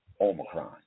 Omicron